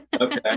okay